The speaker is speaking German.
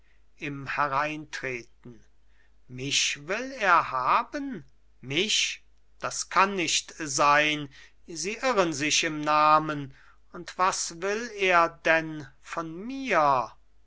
im hereintreten mich will er haben mich das kann nicht sein sie irren sich im namen und was will er denn von mir